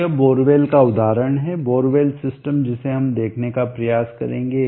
तो यह बोरवेल का उदाहरण है बोरवेल सिस्टम जिसे हम देखने का प्रयास करेंगे